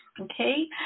okay